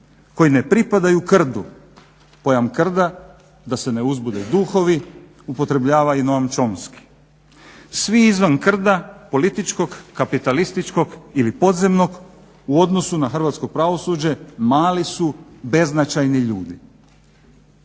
koji ne pripadaju krdu kojom krda da se ne uzbude duhovi upotrebljava i Noam Čonski. Svi izvan krda političkog, kapitalističkog ili podzemnog u odnosu na hrvatsko pravosuđe mali su, beznačajni ljudi.